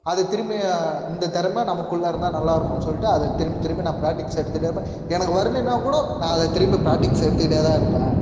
அது திரும்பி இந்த திறம நமக்குள்ள இருந்தால் நல்லாயிருக்குன் சொல்லிட்டு அதை திரும்பி திரும்பி நான் ப்ராக்டிக்ஸ் எடுத்துட்டே இருப்பேன் எனக்கு வரலினா கூடம் நான் அதை திரும்பி ப்ராக்டிக்ஸ் எடுத்துகிட்டே தான் இருப்பேன்